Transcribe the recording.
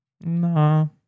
No